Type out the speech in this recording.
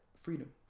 freedom